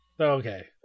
okay